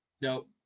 Nope